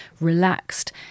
relaxed